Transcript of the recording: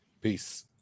peace